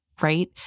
right